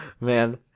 Man